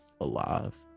alive